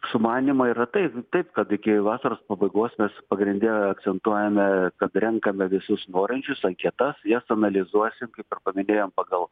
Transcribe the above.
sumanymą yra taip taip kad iki vasaros pabaigos mes pagrinde akcentuojame kad renkame visus norinčius anketas jas analizuosim kaip ir paminėjom pagal